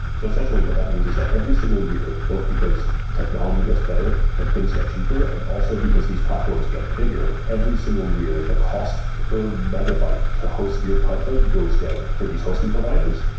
so essentially, what that means is that every single year, both because technology gets better and things get cheaper and also because these platforms get bigger, every single year the cost per megabyte to host your content goes down for these hosting providers.